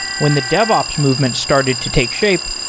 when the devops movement started to take shape,